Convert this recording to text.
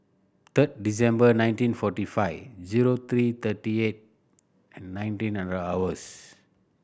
third December nineteen forty five zero three thirty eight and nineteen hundred hours